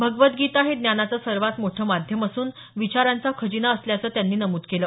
भगवद्गीता हे ज्ञानाचं सर्वात मोठं माध्यम असून विचारांचा खजिना असल्याचं त्यांनी नमूद केलं